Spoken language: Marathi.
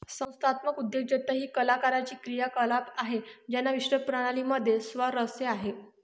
संस्थात्मक उद्योजकता ही कलाकारांची क्रियाकलाप आहे ज्यांना विशिष्ट प्रणाली मध्ये स्वारस्य आहे